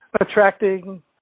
attracting